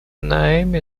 name